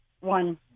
one